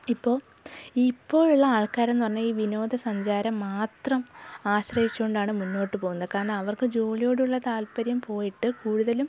ഇപ്പോൾ ഇപ്പോഴുള്ള ആൾക്കാരെന്ന് പറഞ്ഞാൽ ഈ വിനോദ സഞ്ചാരം മാത്രം ആശ്രയിച്ചുകൊണ്ടാണ് മുന്നോട്ട് പോകുന്നത് കാരണം അവർക്ക് ജോലിയോടുള്ള താൽപ്പര്യം പോയിട്ട് കൂടുതലും